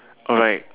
alright